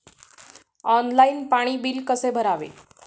Online पाणी bill कसे भरावे?